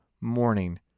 morning